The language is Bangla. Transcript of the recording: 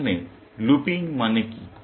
এখানে লুপিং মানে কি